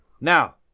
Now